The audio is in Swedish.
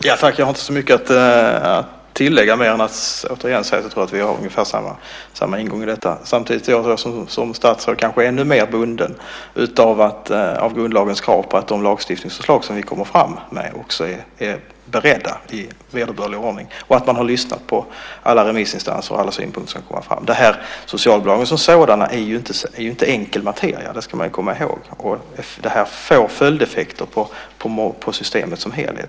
Herr talman! Jag har inte så mycket mer att tillägga än att återigen säga att jag tror att vi har ungefär samma ingång i detta. Samtidigt är jag som statsråd kanske ännu mer bunden av grundlagens krav på att de lagstiftningsförslag som vi lägger fram också är beredda i vederbörlig ordning och att man har lyssnat på alla remissinstanser och alla synpunkter som kommer fram. Socialbidragen som sådana är inte enkel materia. Det ska man komma ihåg. Och detta får följdeffekter på systemet som helhet.